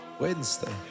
Wednesday